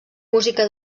música